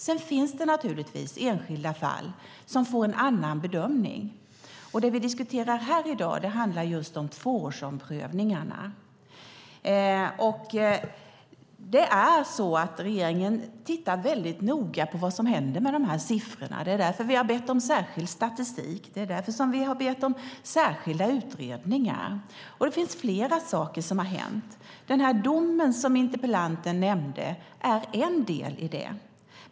Sedan finns det naturligtvis enskilda fall som får en annan bedömning. Det vi diskuterar här i dag handlar just om tvåårsomprövningarna. Regeringen tittar väldigt noga på vad som händer när det gäller de här siffrorna. Därför har vi bett om särskild statistik, och därför har vi bett om särskilda utredningar. Flera saker har hänt. Den dom som interpellanten nämnde är en del.